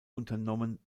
unternommen